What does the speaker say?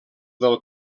del